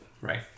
Right